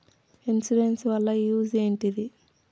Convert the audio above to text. Insurance వాళ్ల use ఏంటిది?